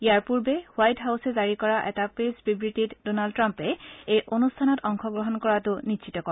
ইয়াৰ পূৰ্বে হোৱাইট হাউছে জাৰি কৰা এটা প্ৰেছ বিবৃতিত ডনাল্ড টাম্পে এই অনুষ্ঠানত অংশগ্ৰহণ কৰাটো নিশ্চিত কৰে